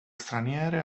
straniere